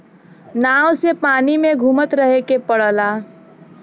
नाव से पानी में घुमत रहे के पड़ला